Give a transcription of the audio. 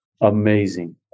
Amazing